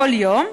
כל יום,